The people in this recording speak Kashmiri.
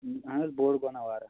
اَہَن حظ بوٚڈ گۅناہ واراہ